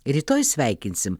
rytoj sveikinsim